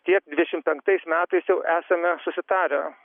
tiek dvidešim penktais metais jau esame susitarę